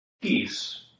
peace